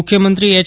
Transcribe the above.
મુખ્યમંત્રી એચ